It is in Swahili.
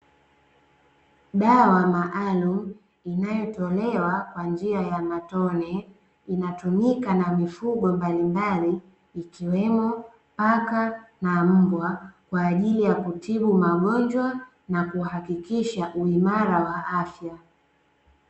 Dawa maalumu inayotolewa kwa njia ya matone, inatumika na mifugo mbalimbali ikiwemo paka na mbwa kwa ajili ya kutibu magonjwa na kuhakikisha uimara wa afya.